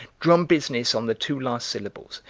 drum business on the two last syllables.